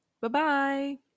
Bye-bye